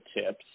tips